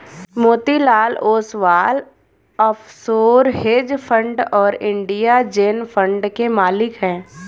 Motilal Oswal offshore hedge fund और India जेन fund के मालिक हैं